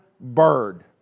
bird